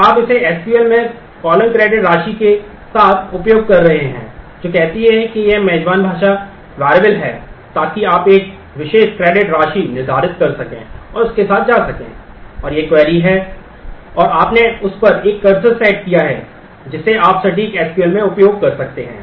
तो यह embedded SQL में उपयोग कर सकते हैं